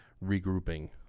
regrouping